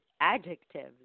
adjectives